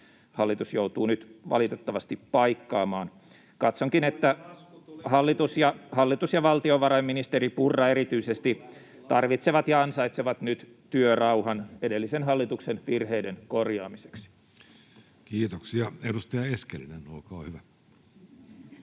lasku tuli kunnillekin!] Katsonkin, että hallitus ja erityisesti valtiovarainministeri Purra tarvitsevat ja ansaitsevat nyt työrauhan edellisen hallituksen virheiden korjaamiseksi. Kiitoksia. — Edustaja Eskelinen, olkaa hyvä.